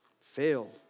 fail